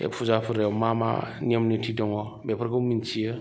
बे फुजा फोरबोआव मा मा नियम नेथि दङ बेफोरखौ मिनथियो